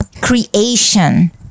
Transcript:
creation